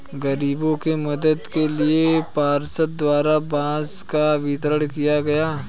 गरीबों के मदद के लिए पार्षद द्वारा बांस का वितरण किया गया